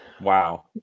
Wow